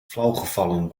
flauwgevallen